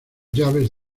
llaves